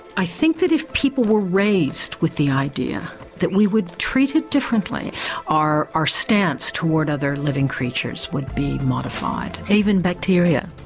i think that if people were raised with the idea that we would treat it differently our our stance towards other living creatures would be modified. even bacteria?